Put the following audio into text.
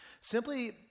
Simply